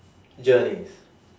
journeys